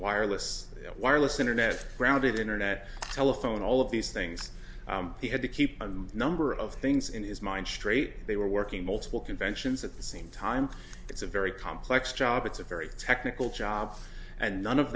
wireless wireless internet grounded internet telephone all of these things he had to keep a number of things in his mind straight they were working multiple conventions at the same time it's a very complex job it's a very technical job and none of